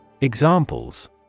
Examples